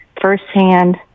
firsthand